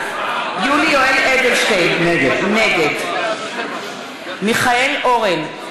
יואל אדלשטיין, נגד מיכאל אורן,